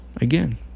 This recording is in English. again